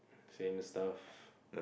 same stuff